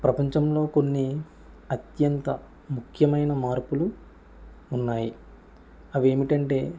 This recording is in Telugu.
ప్రపంచంలో కొన్ని అత్యంత ముఖ్యమైన మార్పులు ఉన్నాయి అవి ఏమిటంటే